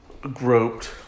groped